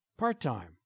Part-time